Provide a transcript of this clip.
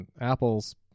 Apple's